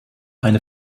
eine